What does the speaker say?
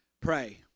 Pray